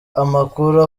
amakuru